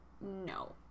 no